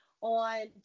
on